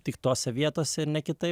tik tose vietose ir ne kitaip